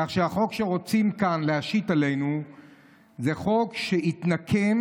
כך שהחוק שרוצים כאן להשית עלינו זה חוק שיתנקם